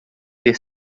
ter